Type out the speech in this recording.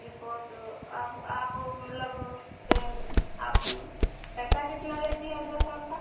report अब आप मतलब से आप पैसा कितना लेती हैं अल्ट्रासाउन्ड का